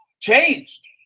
changed